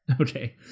Okay